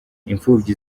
imfubyi